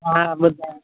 हा ॿुधायो